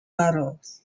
burrows